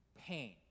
pain